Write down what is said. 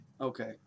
Okay